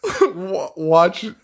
Watch